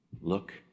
Look